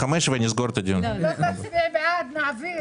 הצבעה הרוויזיה לא נתקבלה הרוויזיה לא התקבלה.